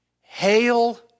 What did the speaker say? Hail